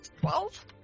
Twelve